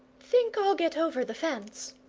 think i'll get over the fence.